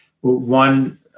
One